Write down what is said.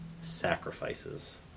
sacrifices